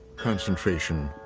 concentration,